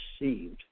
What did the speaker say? received